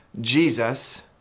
Jesus